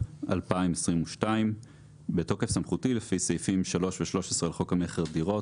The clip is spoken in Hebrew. התשפ"ב-2022 בתוקף סמכותי לפי סעיפים 3 ו-13 לחוק המכר (דירות),